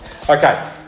Okay